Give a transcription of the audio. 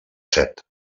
set